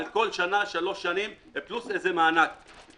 על כל שנה 3 שנים פלוס מענק כלשהו.